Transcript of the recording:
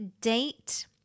date